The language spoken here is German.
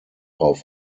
auf